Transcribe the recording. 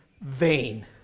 Vain